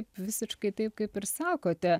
visiškai taip kaip ir sakote